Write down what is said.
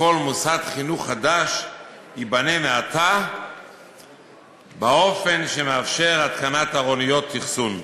כל מוסד חינוך חדש ייבנה מעתה באופן המאפשר התקנת ארוניות אחסון.